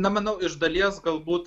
na manau iš dalies galbūt